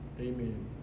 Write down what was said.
amen